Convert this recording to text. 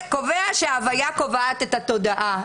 המטריאליזם הדיאלקטי קובע שהוויה קובעת את התודעה,